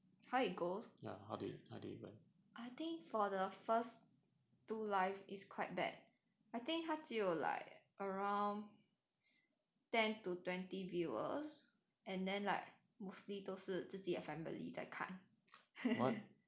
how it goes I think for the first two live it's quite bad I think 他只有 like around ten to twenty viewers and then like mostly 都是自己 family that 看